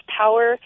power